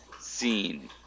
scene